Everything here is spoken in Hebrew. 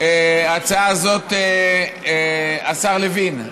ההצעה הזאת, השר לוין,